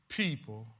people